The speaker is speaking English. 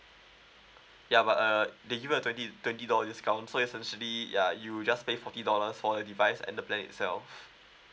yeah but uh they give a twenty twenty dollar discount so essentially yeah you just pay forty dollars for a device and the plan itself